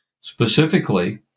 Specifically